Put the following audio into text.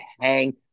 hang